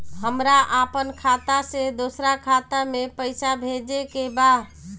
हमरा आपन खाता से दोसरा खाता में पइसा भेजे के बा